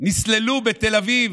נסללו בתל אביב,